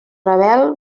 ravel